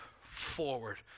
forward